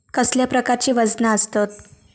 कसल्या प्रकारची वजना आसतत?